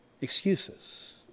excuses